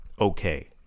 okay